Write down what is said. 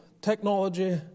technology